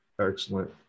excellent